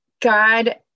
God